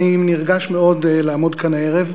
אני נרגש מאוד לעמוד כאן הערב.